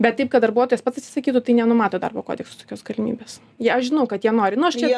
bet taip kad darbuotojas pats atsisakytų tai nenumato darbo kodeksas tokios galimybės jie aš žinau kad jie nori nu aš čia